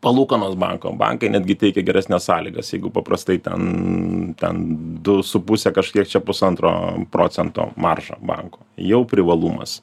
palūkanos banko bankai netgi teikia geresnes sąlygas jeigu paprastai ten ten du su puse kas liečia pusantro procento marža banko jau privalumas